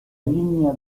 línea